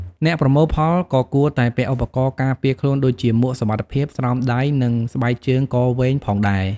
អ្នកប្រមូលផលក៏គួរតែពាក់ឧបករណ៍ការពារខ្លួនដូចជាមួកសុវត្ថិភាព ស្រោមដៃ និងស្បែកជើងកវែងផងដែរ។